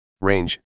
Range